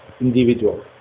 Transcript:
individual